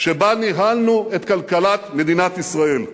שבה ניהלנו את כלכלת מדינת ישראל.